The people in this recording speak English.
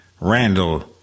Randall